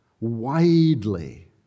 widely